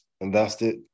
invested